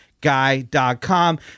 guy.com